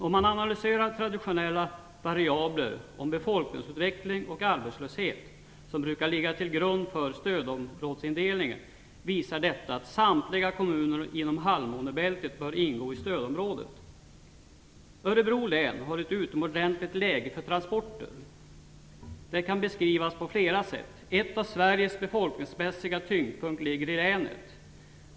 Om man analyserar traditonella variabler om befolkningsutveckling och arbetslöshet, som brukar ligga till grund för stödområdesindelning, visar detta att samtliga kommuner inom halvmånebältet bör ingå i stödområdet. Örebro län har ett utomordentligt läge för transporter. Det kan beskrivas på flera sätt. Ett är att Sveriges befolkningsmässiga tyngdpunkt ligger i länet.